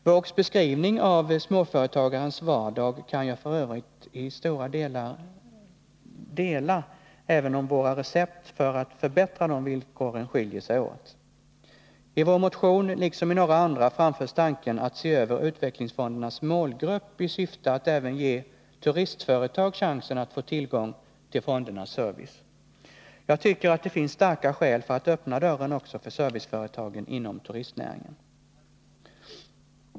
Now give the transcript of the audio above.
Hans beskrivning av småföretagarnas vardag kan jag f. ö. i stora delar instämma i, även om våra recept för att förbättra deras villkor skiljer sig åt. I vår motion, liksom i några andra, framförs tanken på att se över utvecklingsfondernas målgrupp i syfte att även ge turistföretag chansen att få tillgång till fondernas service. Jag tycker att det finns starka skäl för att öppna dörren också för serviceföretagen inom turistnäringen.